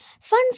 Fun